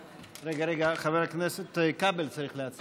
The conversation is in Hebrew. רגע, רגע, חבר הכנסת כבל צריך להציג את זה.